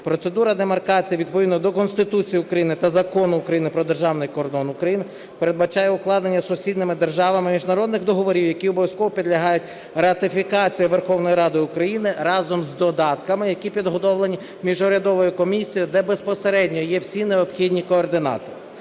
Процедура демаркації відповідно до Конституції України та Закону України "Про державний кордон України" передбачає укладення сусідніми державами міжнародних договорів, які обов'язково підлягають ратифікації Верховною Радою України разом з додатками, які підготовлені міжурядовою комісією, де безпосередньо є всі необхідні координати.